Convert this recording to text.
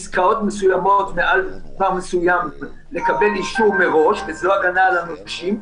בעסקאות מסוימות לקבל אישור מראש וזו הגנה על הנושים,